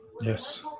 Yes